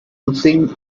ensuing